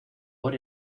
por